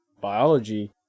biology